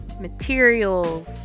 Materials